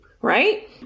Right